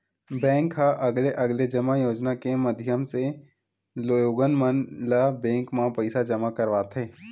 bank ह अलगे अलगे जमा योजना के माधियम ले लोगन मन ल बेंक म पइसा जमा करवाथे